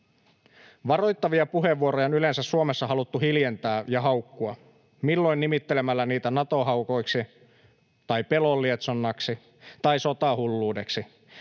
Varoittavia puheenvuoroja on yleensä Suomessa haluttu hiljentää ja haukkua, milloin nimittelemällä niitä Nato-haukoiksi tai pelonlietsonnaksi tai sotahulluudeksi.